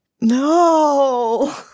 No